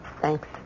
thanks